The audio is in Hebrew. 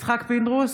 יצחק פינדרוס,